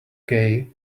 gay